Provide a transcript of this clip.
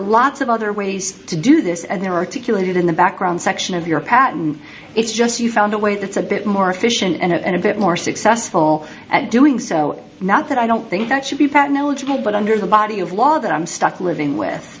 lots of other ways to do this and there articulated in the background section of your patent it's just you found a way that's a bit more efficient and a bit more successful at doing so not that i don't think that should be patent eligible but under the body of law that i'm stuck living with